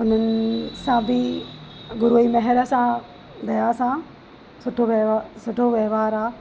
उन्हनि सां बि गुरूअ जी महर सां दया सां सुठो व्या सुठो व्यवहार आहे